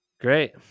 Great